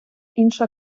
інша